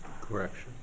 Correction